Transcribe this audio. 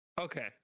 Okay